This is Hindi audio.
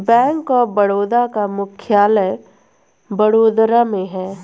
बैंक ऑफ बड़ौदा का मुख्यालय वडोदरा में है